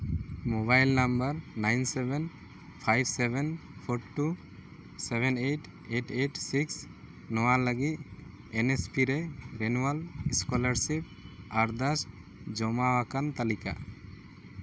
mobile number nine seven five seven four two seven eight eight eight six ᱱᱚᱣᱟ ᱞᱟᱹᱜᱤᱫ N S P ᱨᱮ renewal scholarship ᱟᱨᱫᱟᱥ ᱡᱚᱢᱟ ᱟᱠᱟᱱ ᱛᱟᱹᱞᱤᱠᱟ